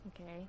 Okay